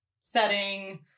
setting